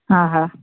हा हा